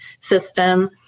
system